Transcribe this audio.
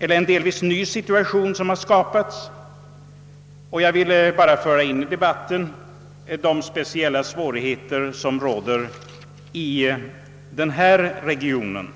är en delvis ny situation som har skapats, och jag ville bara i debatten föra in de speciella svårigheter som råder inom denna region.